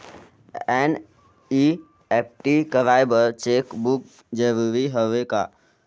NEFT कराय बर cheque book जरूरी हवय का?